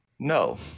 No